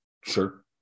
Sure